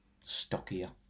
stockier